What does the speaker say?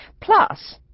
plus